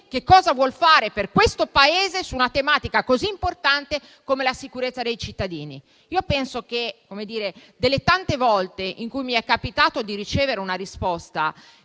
che cosa vuol fare per questo Paese su una tematica così importante come la sicurezza dei cittadini. Delle tante volte in cui mi è capitato di ricevere risposta